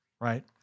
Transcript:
right